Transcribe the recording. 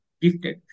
gifted